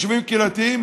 ביישובים קהילתיים,